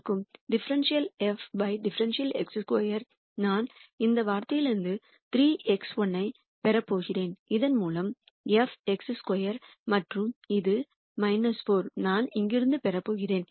∂f ∂x2 நான் இந்த வார்த்தையிலிருந்து 3 x1 ஐப் பெறப் போகிறேன் இதன் மூலம் 5 x2 மற்றும் இது 4 நான் இங்கிருந்து பெறப் போகிறேன்